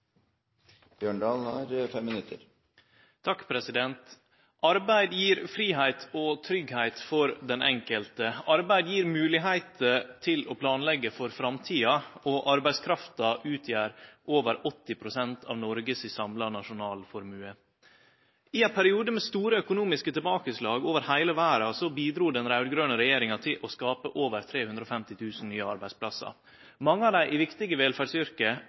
Arbeid gjev fridom og tryggleik for den enkelte, arbeid gjev moglegheiter til å planleggje for framtida, og arbeidskrafta utgjer over 80 pst. av Noreg si samla nasjonalformue. I ein periode med store økonomiske tilbakeslag over heile verda bidrog den raud-grøne regjeringa til å skape over 350 000 nye arbeidsplassar – mange av dei i viktige